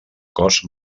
cost